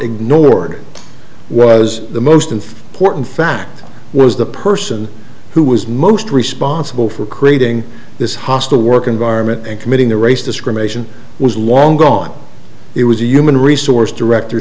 ignored well as the most and important fact was the person who was most responsible for creating this hostile work environment and committing the race discrimination was long gone it was a human resource director